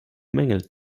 mängel